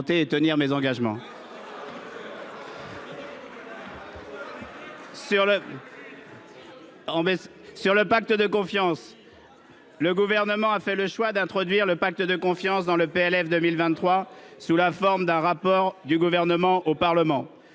on ne peut pas ! Le Gouvernement a fait le choix d'introduire le « pacte de confiance » dans le PLF pour 2023, sous la forme d'un rapport du Gouvernement au Parlement.